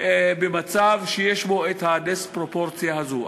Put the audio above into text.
במצב שיש בו את הדיספרופורציה הזאת.